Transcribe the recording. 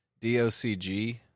DOCG